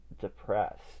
depressed